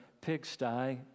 pigsty